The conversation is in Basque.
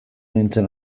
nintzen